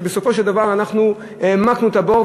ובסופו של דבר אנחנו העמקנו את הבור,